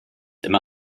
immer